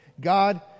God